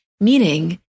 Meaning